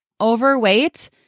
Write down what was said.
overweight